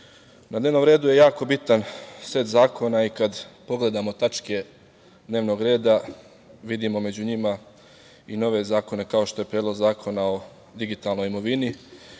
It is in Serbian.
na dnevnom redu je jako bitan set zakona i kada pogledamo tačke dnevnog reda, vidimo među njima i nove zakone, kao što je Predlog zakona o digitalnoj imovini,